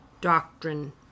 doctrine